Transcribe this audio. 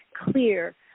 clear